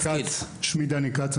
שמי דני כץ,